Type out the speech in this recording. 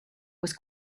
was